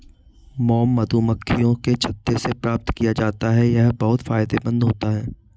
mom मधुमक्खियों के छत्ते से प्राप्त किया जाता है यह बहुत फायदेमंद होता है